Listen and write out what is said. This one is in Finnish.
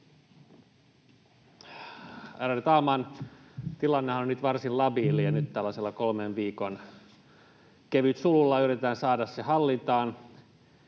talman! Tilannehan on nyt varsin labiili, ja nyt tällaisella kolmen viikon kevytsululla yritetään saada se hallintaan.